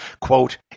Quote